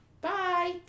Bye